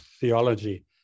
theology